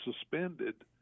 suspended